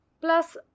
Plus